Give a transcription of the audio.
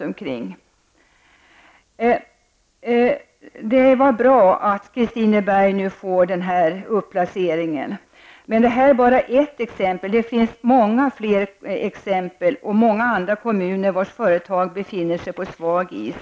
Det är bra att Kristineberg nu får denna upplacering. Men detta är bara ett exempel, det finns många fler exempel och många andra kommuner vilkas företag befinner sig på svag is.